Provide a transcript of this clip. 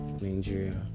Nigeria